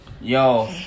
Yo